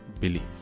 believe